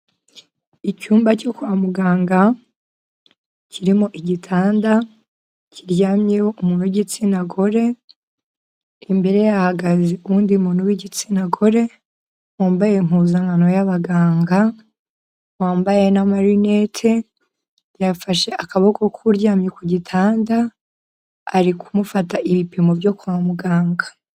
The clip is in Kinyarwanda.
Icyumba cyo kwa muganga kirimo igitanda kiryamyeho umuntu w'igitsina gore, imbere ye hahagaze uwundi muntu w'igitsina gore wambaye impuzankano y'abaganga, wambaye n'amarinete yafashe akaboko k'uryamye ku gitanda, ari kumufata ibipimo byo kwa muganga.